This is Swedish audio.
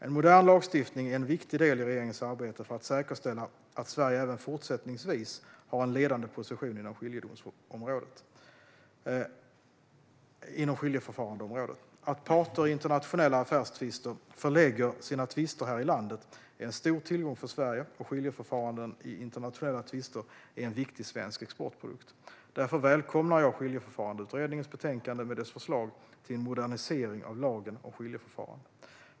En modern lagstiftning är en viktig del i regeringens arbete för att säkerställa att Sverige även fortsättningsvis har en ledande position inom skiljeförfarandeområdet. Att parter i internationella affärstvister förlägger sina tvister här i landet är en stor tillgång för Sverige, och skiljeförfaranden i internationella tvister är en viktig svensk exportprodukt. Därför välkomnar jag Skiljeförfarandeutredningens betänkande med dess förslag till en modernisering av lagen om skiljeförfarande.